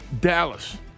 Dallas